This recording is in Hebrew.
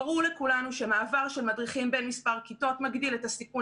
ברור לכולנו שמעבר של מדריכים בין מספרו כיתות מגדיל את הסיכון